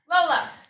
Lola